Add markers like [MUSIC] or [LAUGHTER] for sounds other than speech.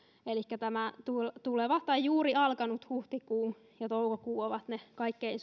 elikkä tämä juuri alkanut huhtikuu ja toukokuu ovat ne kaikkein [UNINTELLIGIBLE]